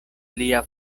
lia